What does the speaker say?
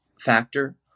factor